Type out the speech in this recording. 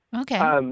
Okay